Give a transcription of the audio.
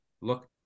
look